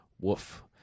woof